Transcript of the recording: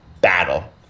battle